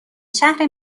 شهر